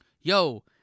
Yo